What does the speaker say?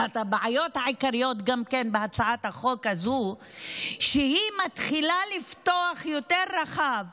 אחת הבעיות העיקריות בהצעת החוק הזו היא גם שהיא מתחילה לפתוח יותר רחב